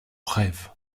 rêve